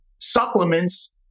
supplements